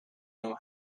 know